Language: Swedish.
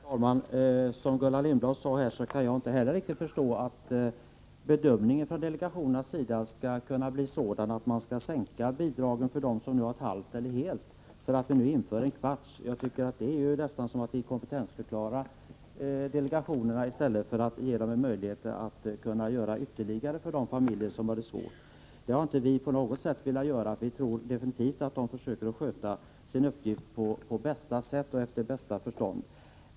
Herr talman! Liksom Gullan Lindblad kan jag inte heller riktigt förstå att bedömningen från delegationernas sida skall kunna bli sådan att bidragen sänks för dem som har halvt eller helt genom att det nu införs ett kvarts bidrag. Att tro det är nästan att inkompetensförklara delegationerna. De bör i stället ges möjlighet att göra mer för de familjer som har det svårt. Vi tror definitivt att delegationerna försöker sköta sin uppgift på bästa sätt och efter bästa förstånd.